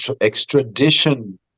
extradition